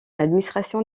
administration